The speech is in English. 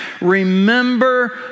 remember